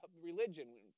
religion